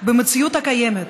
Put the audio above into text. במציאות הקיימת,